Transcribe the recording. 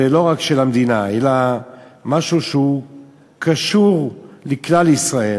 ולא רק של המדינה אלא משהו שהוא קשור לכלל ישראל,